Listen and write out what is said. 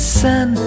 sun